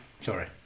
Sorry